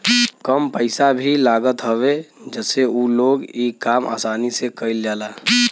कम पइसा भी लागत हवे जसे उ लोग इ काम आसानी से कईल जाला